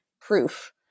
proof